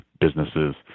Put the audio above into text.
businesses